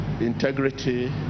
integrity